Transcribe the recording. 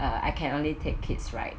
uh I can only take kids ride